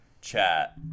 chat